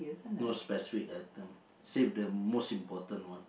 no specific item save the most important one